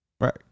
Right